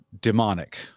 demonic